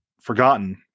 forgotten